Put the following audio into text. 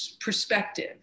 perspective